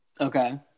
okay